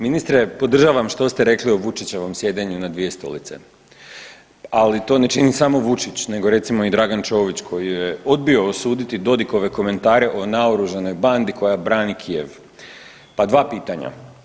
Ministre, podržavam što ste rekli o Vučićevom sjedenju na dvije stolice, ali to ne čini samo Vučić nego recimo i Dragan Čović koji je odbio osuditi Dodikove komentare o naoružanoj bandi koja brani Kijev, pa dva pitanja.